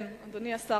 כן, אדוני השר.